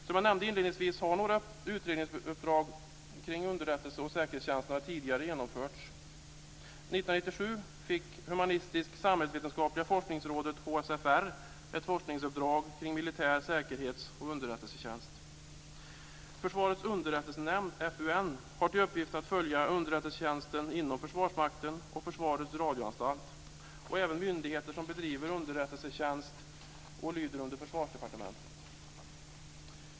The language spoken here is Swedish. Som jag nämnde inledningsvis har några utredningsuppdrag kring underrättelse och säkerhetstjänsterna tidigare genomförts. År 1997 fick Humanistisk-samhällsvetenskapliga forskningsrådet, HSFR, ett forskningsuppdrag kring militär säkerhets och underrättelsetjänst. Försvarets underrättelsenämnd, FUN, har till uppgift att följa underrättelsetjänsten inom Försvarsmakten och Försvarets radioanstalt och även myndigheter som bedriver underrättelsetjänst och lyder under Försvarsdepartementet.